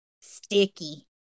Sticky